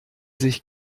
sich